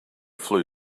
flu